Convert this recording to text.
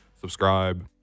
Subscribe